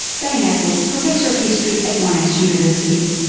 bain attwood, professor of history at monash university.